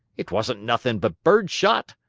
it wasn't nothing but bird shot.